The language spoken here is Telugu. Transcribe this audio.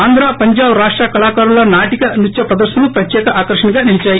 ఆంధ్ర పంజాబ్ రాష్ట కళాకారుల నాటిక నృత్య ప్రదర్భనలు ప్రత్యేక కర్ణగా నిలిచాయి